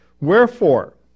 Wherefore